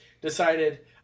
decided